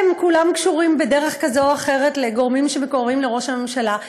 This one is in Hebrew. או שהם כולם קשורים בדרך כזו או אחרת לגורמים שמקורבים לראש הממשלה,